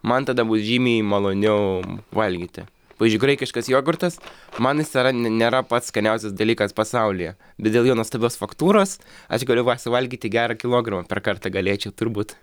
man tada bus žymiai maloniau valgyti pavyzdžiui graikiškas jogurtas man jis yra ne nėra pats skaniausias dalykas pasaulyje bet dėl jo nuostabios faktūros aš galiu suvalgyti gerą kilogramą per kartą galėčiau turbūt